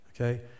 okay